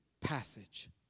passage